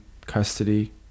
custody